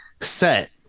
set